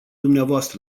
dvs